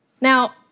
Now